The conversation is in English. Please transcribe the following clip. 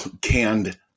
canned